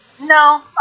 no